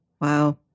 Wow